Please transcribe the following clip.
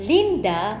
Linda